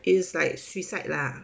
is like suicide lah